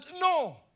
No